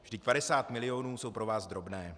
Vždyť 50 milionů jsou pro vás drobné.